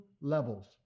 levels